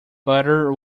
butter